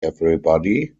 everybody